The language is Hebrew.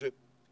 משה,